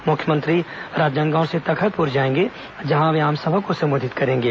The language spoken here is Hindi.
मुख्यमंत्री राजनांदगांव से तखतपुर जाएंगे जहां वे आमसभा को संबोधित करेंगे